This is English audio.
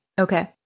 Okay